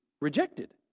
rejected